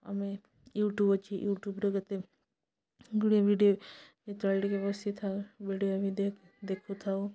ଆମେ ୟୁଟ୍ୟୁବ୍ ଅଛି ୟୁଟ୍ୟୁବ୍ରେ କେତେ ଗୁଡ଼ିଏ ଭିଡ଼ିଓ ଯେତେବେଳେ ଟିକେ ବସିଥାଉ ଭିଡ଼ିଓ ବି ଦେଖୁଥାଉ